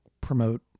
promote